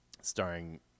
starring